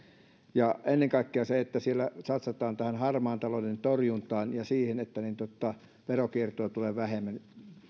ja ennen kaikkea se että siellä satsataan harmaan talouden torjuntaan ja siihen että veronkiertoa tulee vähemmän